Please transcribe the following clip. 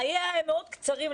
חייה מאוד קצרים,